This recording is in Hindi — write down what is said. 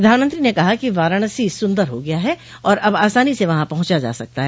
प्रधानमंत्री ने कहा कि वाराणसी सुंदर हो गया है और अब आसानी से वहां पहुंचा जा सकता है